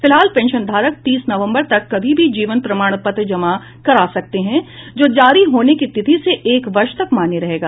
फिलहाल पेंशन धारक तीस नवम्बर तक कभी भी जीवन प्रमाण पत्र जमा करा सकते हैं जो जारी होने की तिथि से एक वर्ष तक मान्य रहेगा